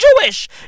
Jewish